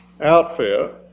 outfit